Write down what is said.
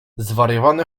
zwariowany